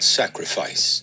sacrifice